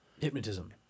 hypnotism